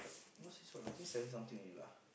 not say so I think seventy something only lah